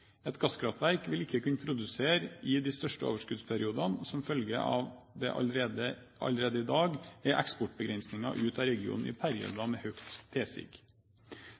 Et gasskraftverk vil ikke kunne produsere i de største overskuddsperiodene, som følge av at det allerede i dag er eksportbegrensninger ut av regionen i perioder med høyt